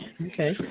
Okay